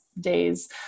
days